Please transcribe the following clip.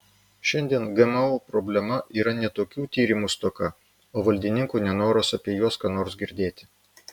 šiandien gmo problema yra ne tokių tyrimų stoka o valdininkų nenoras apie juos ką nors girdėti